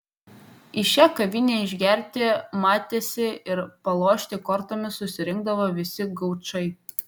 į šią kavinę išgerti matėsi ir palošti kortomis susirinkdavo visi gaučai